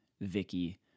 Vicky